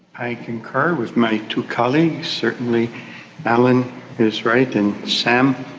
i concur with my two colleagues. certainly allan is right, and sam,